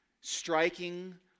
striking